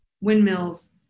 windmills